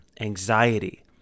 anxiety